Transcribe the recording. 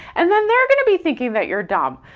and then they're gonna be thinking that you're dumb.